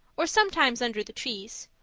or sometimes under the trees,